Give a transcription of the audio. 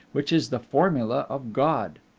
which is the formula of god.